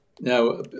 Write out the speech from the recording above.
Now